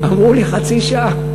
אמרו לי חצי שעה.